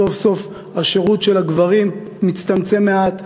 סוף-סוף השירות של הגברים מצטמצם מעט,